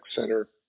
center